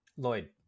Lloyd